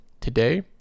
today